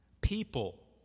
people